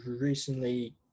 recently